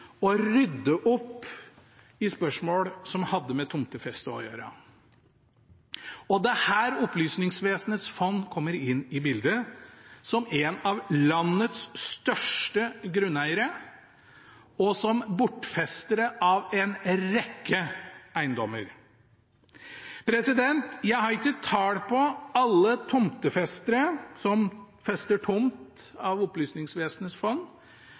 rydde opp i spørsmål som hadde med tomtefeste å gjøre. Og det er her Opplysningsvesenets fond kommer inn i bildet, som en av landets største grunneiere, og som bortfester av en rekke eiendommer. Jeg har ikke tall på alle tomtefestere som fester tomt av Opplysningsvesenets fond